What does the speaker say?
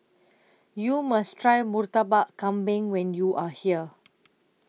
YOU must Try Murtabak Kambing when YOU Are here